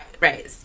Right